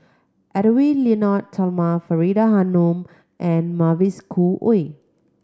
Edwy Lyonet Talma Faridah Hanum and Mavis Khoo Oei